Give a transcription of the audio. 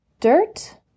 Dirt